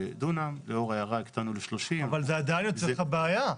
זה עדיין יוצר לך בעיה.